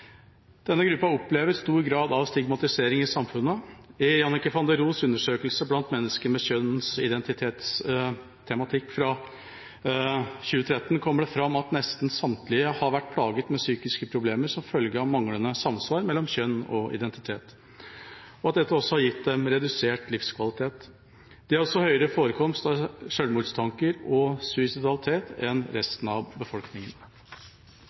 Denne gruppen opplever stor grad av stigmatisering i samfunnet. I Janneke van der Ros' undersøkelse blant mennesker med kjønnsidentitetstematikk fra 2013, kommer det fram at nesten samtlige har vært plaget med psykiske problemer som følge av manglende samsvar mellom kjønn og identitet, og at dette har gitt dem redusert livskvalitet. De har også høyere forekomst av selvmordstanker og suicidalitet enn resten av befolkningen.